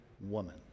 woman